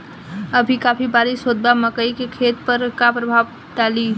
अभी काफी बरिस होत बा मकई के खेत पर का प्रभाव डालि?